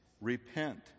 Repent